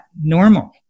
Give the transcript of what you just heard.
normal